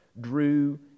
drew